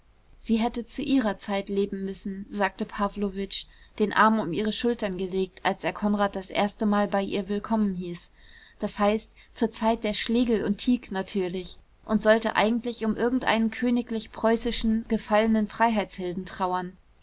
sie hätte zu ihrer zeit leben müssen sagte pawlowitsch den arm um ihre schultern gelegt als er konrad das erstemal bei ihr willkommen hieß das heißt zur zeit der schlegel und tieck natürlich und sollte eigentlich um irgendeinen königlich preußischen gefallenen freiheitshelden trauern